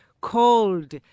called